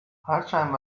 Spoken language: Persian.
هرچند